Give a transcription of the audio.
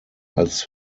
als